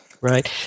Right